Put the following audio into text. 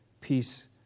peace